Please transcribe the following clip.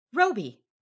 Roby